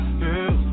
girl